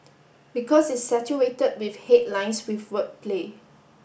because it's saturated with headlines with wordplay